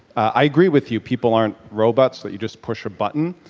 i agree with you, people aren't robots that you just push a button,